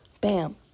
Bam